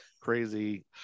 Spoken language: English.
crazy